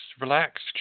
relax